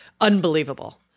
unbelievable